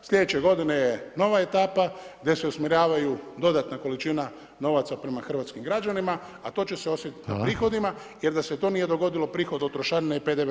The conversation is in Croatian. Slijedeće godine je nova etapa gdje se usmjeravaju dodatna količina novaca prema hrvatskim građanima, a to će se osjetiti u prihodima jer da se to nije dogodilo, prihod od trošarine bi bio kakav je.